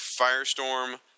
Firestorm